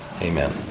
Amen